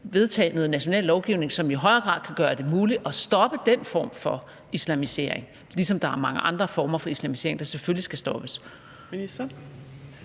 vedtage noget national lovgivning, som i højere grad kan gøre det muligt at stoppe den form for islamisering, ligesom der er mange andre former for islamisering, der selvfølgelig skal stoppes.